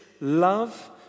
love